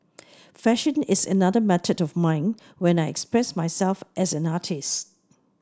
fashion is another method of mine when I express myself as an artist